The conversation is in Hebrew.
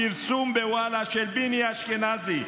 היה פרסום בוואלה של ביני אשכנזי,